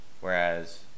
Whereas